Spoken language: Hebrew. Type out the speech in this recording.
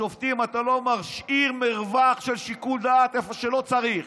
לשופטים אתה לא משאיר מרווח של שיקול דעת איפה שלא צריך.